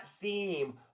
theme